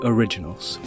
Originals